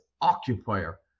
occupier